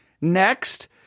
Next